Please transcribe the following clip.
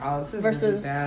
versus